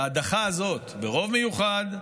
ההדחה הזאת ברוב מיוחד,